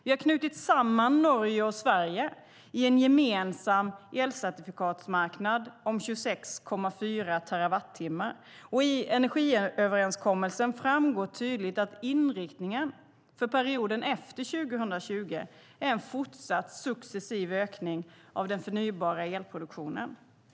Vi har knutit samman Norge och Sverige i en gemensam elcertifikatsmarknad om 26,4 terawattimmar. Och i energiöverenskommelsen framgår tydligt att inriktningen för perioden efter 2020 är en fortsatt successiv ökning av den förnybara elproduktionen.